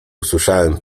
usłyszałem